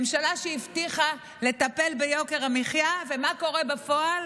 ממשלה שהבטיחה לטפל ביוקר המחיה, ומה קורה בפועל?